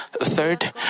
third